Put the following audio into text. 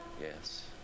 Yes